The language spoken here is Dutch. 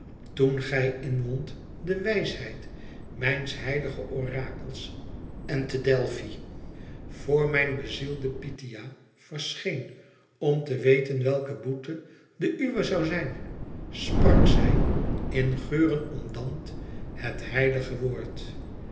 toen gij in wont de wijsheid mijns heiligen orakels en te delfi voor mijn bezielde pythia verscheent om te weten welke boete de uwe zoû zijn sprak zij in geuren omdampt het heilige woord